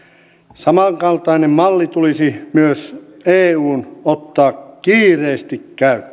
samankaltainen malli tulisi myös eun ottaa kiireesti